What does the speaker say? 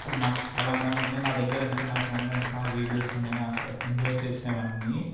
అప్పుడు నాకు చాలా అందంగా ఉంది నా దగ్గర ఇంకా నా ఫోన్లో ఇంకా వీడియోస్ ఉన్నాయి అక్కడ ఎంజాయ్ చేసినవన్ని